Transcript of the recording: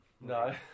No